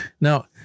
Now